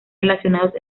relacionados